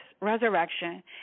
resurrection